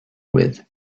with